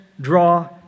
draw